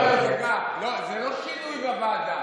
לא, זה לא שינוי בוועדה.